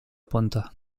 ponte